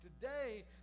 today